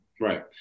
Right